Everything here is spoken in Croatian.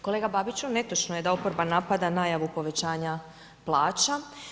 Kolega Babiću, netočno je na oporba napada najavu povećanja plaća.